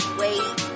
wait